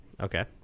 Okay